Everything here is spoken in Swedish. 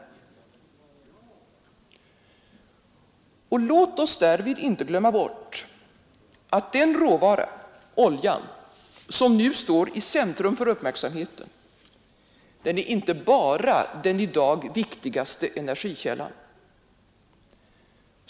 Låt oss därvid inte glömma bort att den råvara, oljan, som nu står i centrum för uppmärksamheten inte bara är den i dag viktigaste energikällan.